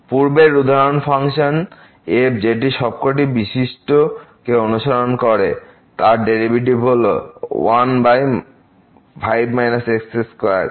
পূর্বের উদাহরণ function f যেটি সবকটি বিশিষ্ট কে অনুসরণ করছে তার ডেরিভেটিভ হল 15 x2 এবং f2